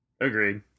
Agreed